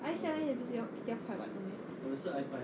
I seven 也不是比较快 [what] no meh